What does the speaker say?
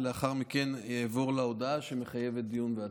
ולאחר מכן אעבור להודעה שמחייבת דיון והצבעה.